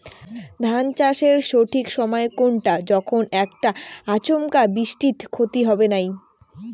ধান চাষের সঠিক সময় কুনটা যখন এইটা আচমকা বৃষ্টিত ক্ষতি হবে নাই?